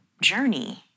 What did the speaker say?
journey